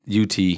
UT